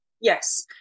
Yes